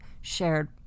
shared